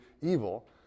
evil